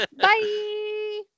Bye